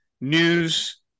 news